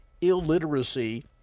illiteracy